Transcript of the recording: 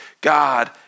God